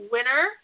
Winner